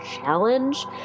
challenge